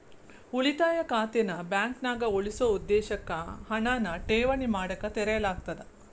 ಉಳಿತಾಯ ಖಾತೆನ ಬಾಂಕ್ನ್ಯಾಗ ಉಳಿಸೊ ಉದ್ದೇಶಕ್ಕ ಹಣನ ಠೇವಣಿ ಮಾಡಕ ತೆರೆಯಲಾಗ್ತದ